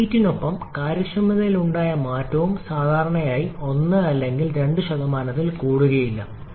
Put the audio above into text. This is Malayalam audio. റീഹീറ്റ്നൊപ്പം കാര്യക്ഷമതയിലുണ്ടായ മാറ്റവും സാധാരണയായി 1 അല്ലെങ്കിൽ 2 ൽ കൂടുതലല്ല